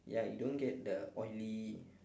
ya you don't get the oily